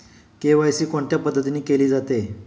KYC कोणत्या पद्धतीने केले जाते?